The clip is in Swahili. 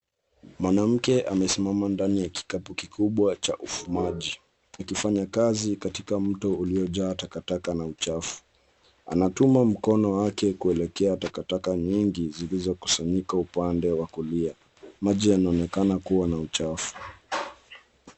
Mwanamke amesimama ndani ya kikapu kikubwa cha maji akifanya kazi katika mto uliojaa takataka na uchafu. Anatuma mkono wake kuelekea takataka nyingi zilikokusanyika upande wa kulia. Maji yanaonekana kuwa na uchafu.